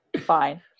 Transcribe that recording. fine